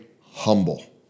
humble